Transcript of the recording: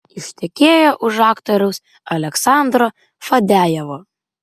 ištekėjo už aktoriaus aleksandro fadejevo